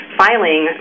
filing